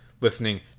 listening